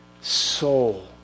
soul